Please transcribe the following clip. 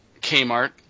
Kmart